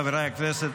חברי הכנסת,